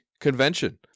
convention